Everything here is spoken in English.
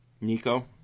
Nico